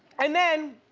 and then,